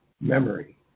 memory